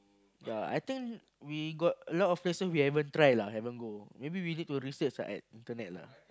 ya I think we got a lot of places we haven't try lah haven't go maybe we need to research ah at Internet lah